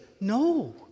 No